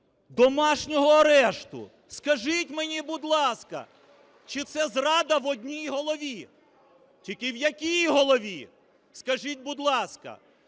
домашнього арешту? Скажіть мені, будь ласка. Чи це зрада в одній голові? Тільки в якій голові, скажіть, будь ласка?